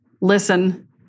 listen